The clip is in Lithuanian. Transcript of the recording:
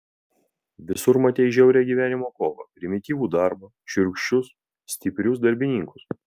visur matei žiaurią gyvenimo kovą primityvų darbą šiurkščius stiprius darbininkus